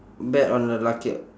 bet on the lucky